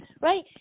right